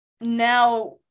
now